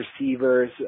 receivers